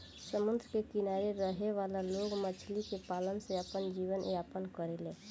समुंद्र के किनारे रहे वाला लोग मछली के पालन से आपन जीवन यापन करेले